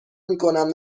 میکنم